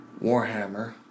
Warhammer